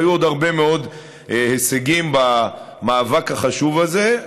והיו עוד הרבה מאוד הישגים במאבק החשוב הזה,